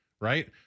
right